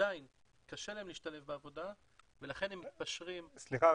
עדיין קשה להם להשתלב בעבודה ולכן הם מפשרים --- סליחה,